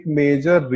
major